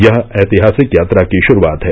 यह ऐतिहासिक यात्रा की षुरूआत है